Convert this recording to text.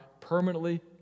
permanently